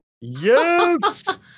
Yes